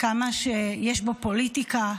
כמה שיש בו פוליטיקה.